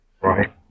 right